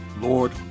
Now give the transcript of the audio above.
Lord